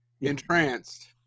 entranced